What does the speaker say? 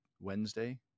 Wednesday